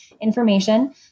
information